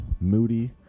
moody